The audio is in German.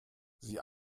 sie